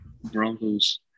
Broncos